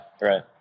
Right